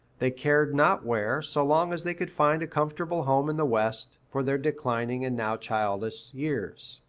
they cared not where, so long as they could find a comfortable home in the west, for their declining and now childless years.